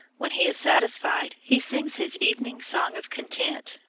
when he is satisfied he sings his evening song of content,